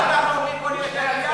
אנחנו אומרים: בוא ניתן יד,